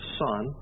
son